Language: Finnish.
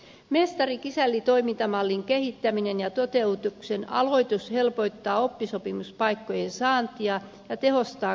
mestarikisälli toimintamallin kehittäminen ja toteutuksen aloitus helpottaa oppisopimuspaikkojen saantia ja tehostaa koulutusta